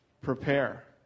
prepare